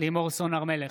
לימור סון הר מלך,